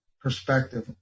perspective